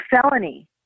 felony